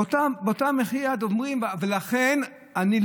באותו מחי יד אומרים: האופוזיציה,